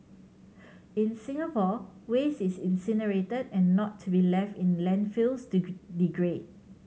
in Singapore waste is incinerated and not to be left in landfills to degrade